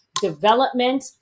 development